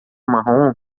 marrom